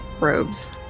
robes